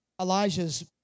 Elijah's